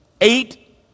eight